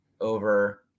over